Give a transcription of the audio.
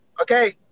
okay